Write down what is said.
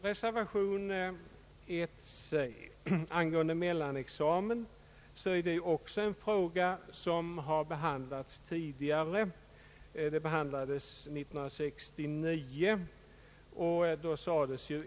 Reservation c beträffande en mellanexamen i forskarutbildningen gäller också en fråga som har behandlats tidigare, nämligen år 1969.